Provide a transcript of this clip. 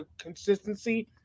consistency